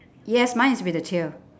yes mine is with the tail